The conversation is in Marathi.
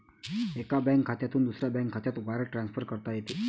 एका बँक खात्यातून दुसऱ्या बँक खात्यात वायर ट्रान्सफर करता येते